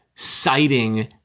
Citing